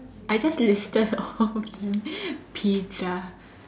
I just listed all of them pizza